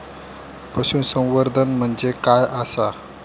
पशुसंवर्धन म्हणजे काय आसा?